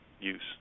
use